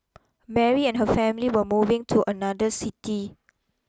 Mary and her family were moving to another city